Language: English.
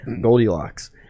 Goldilocks